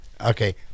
Okay